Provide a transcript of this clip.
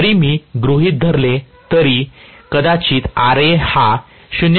जरी मी गृहित धरले तरी कदाचित Ra हा 0